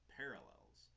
parallels